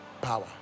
power